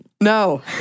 No